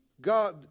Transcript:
God